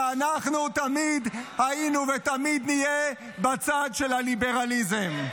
ואנחנו תמיד היינו ותמיד נהיה בצד של הליברליזם.